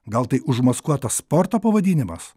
gal tai užmaskuotas sporto pavadinimas